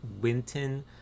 Winton